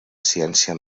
ciència